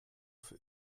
für